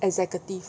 executive